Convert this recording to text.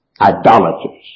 Idolaters